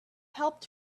helped